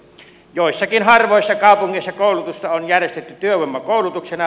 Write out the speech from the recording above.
joissakin harvoissa kaupungeissa koulutusta on järjestetty työvoimakoulutuksena